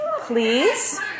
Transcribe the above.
please